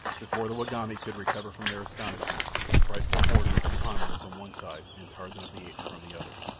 before the wagambi could recover from their astonishment the frightful horde was upon them from one side and tarzan of the apes from the other.